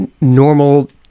normal